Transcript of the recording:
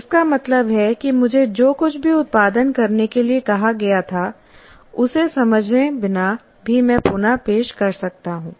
इसका मतलब है कि मुझे जो कुछ भी उत्पादन करने के लिए कहा गया था उसे समझे बिना भी मैं पुन पेश कर सकता हूं